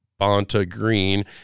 Bonta-Green